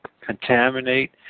contaminate